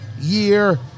year